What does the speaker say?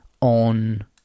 on